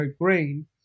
Green